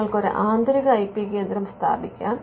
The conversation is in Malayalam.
നിങ്ങൾക്ക് ഒരു ആന്തരിക ഐ പി കേന്ദ്രം സ്ഥാപിക്കാം